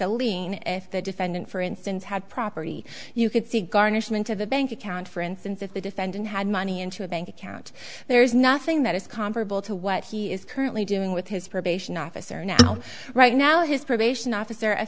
if the defendant for instance had property you could see garnishment of a bank account for instance if the defendant had money into a bank account there is nothing that is comparable to what he is currently doing with his probation officer now right now his probation officer a